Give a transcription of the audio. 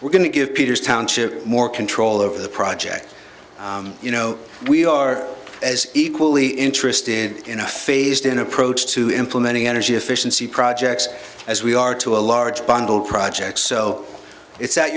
we're going to give peters township more control over the project you know we are as equally interested in a phased in approach to implementing energy efficiency projects as we are to a large bundle of projects so it's at